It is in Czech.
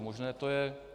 Možné to je.